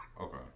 Okay